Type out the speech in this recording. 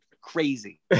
crazy